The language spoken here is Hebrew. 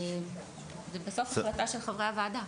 זו בסוף החלטה של חברי הוועדה.